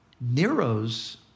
Nero's